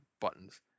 buttons